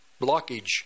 blockage